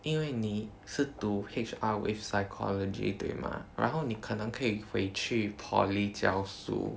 因为你是读 H_R with psychology 对吗然后你可能可以回去 poly 教书